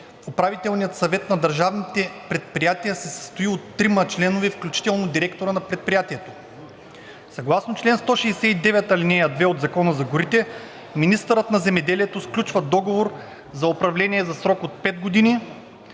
Управителният съвет на държавните предприятия се състои от трима членове, включително от директора на предприятието. Съгласно чл. 169, ал. 2 от Закона за горите министърът на земеделието сключва договор за управление за срок от пет години